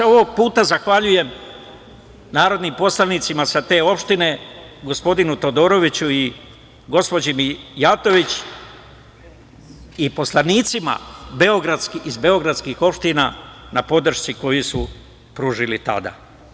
Ovog puta ja se zahvaljujem narodnim poslanicima sa te opštine, gospodinu Todoroviću i gospođi Mijatović i poslanicima iz beogradskih opština na podršci koju su pružili tada.